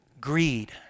greed